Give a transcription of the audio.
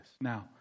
Now